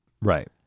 Right